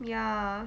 ya